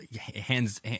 hands